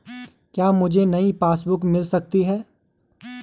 क्या मुझे नयी पासबुक बुक मिल सकती है?